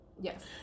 Yes